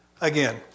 Again